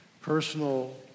personal